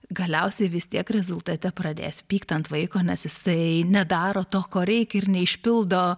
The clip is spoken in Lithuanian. galiausiai vis tiek rezultate pradėsi pykti ant vaiko nes jisai nedaro to ko reikia ir neišpildo